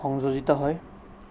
সংযোজিত হয়